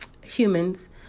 humans